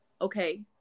okay